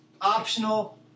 optional